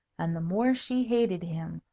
and the more she hated him,